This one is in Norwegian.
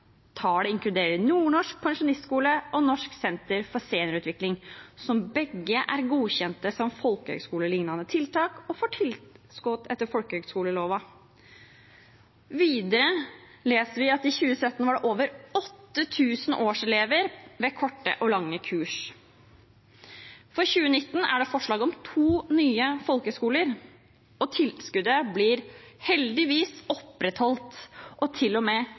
inkluderer Nordnorsk Pensjonistskole og Norsk senter for seniorutvikling, som begge er godkjente som folkehøgskoleliknande tiltak og får tilskott etter folkehøgskolelova.» Videre leser vi at det i 2017 var over 8 000 årselever ved kortkurs og langkurs. For 2019 er det fremmet forslag om to nye folkehøgskoler, og tilskuddet blir heldigvis opprettholdt og